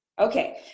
okay